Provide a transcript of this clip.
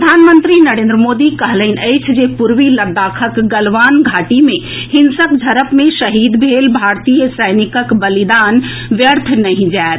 प्रधानमंत्री नरेन्द्र मोदी कहलनि अछि जे पूर्वी लद्दाखक गलवान घाटी मे हिंसक झड़प मे शहीद भेल भारतीय सैनिकक बलिदान व्यर्थ नहि जाएत